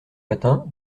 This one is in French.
matin